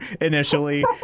initially